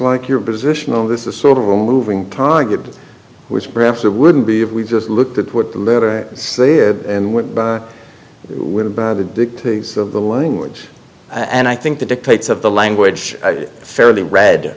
like your position on this is sort of a moving target which perhaps it wouldn't be if we just looked at what the litter say and we wouldn't by the dictates of the language and i think the dictates of the language fairly read